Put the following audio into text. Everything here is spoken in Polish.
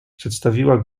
przedstawiła